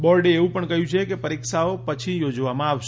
બોર્ડે એવું પણ કહ્યું છે કે પરીક્ષાઓ પછી યોજવામાં આવશે